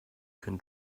can